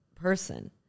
person